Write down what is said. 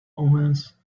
omens